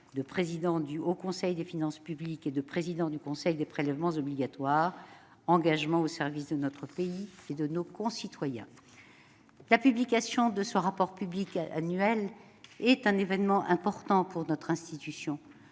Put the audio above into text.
de président du Haut Conseil des finances publiques et de président du Conseil des prélèvements obligatoires, au service de notre pays et de nos concitoyens. La publication du rapport annuel est un événement important pour notre institution.